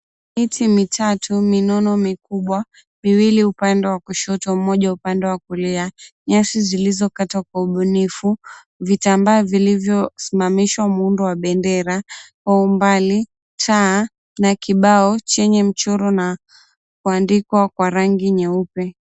Miti mitatu minono mikubwa, miwili upande wa kushoto, mmoja upande wa kulia. Nyasi zilizokatwa kwa ubunifu, vitambaa vilivyosimamishwa muundo wa bendera, kwa umbali taa na kibao chenye mchoro na kuandikwa kwa rangi nyeupe.